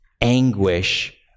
anguish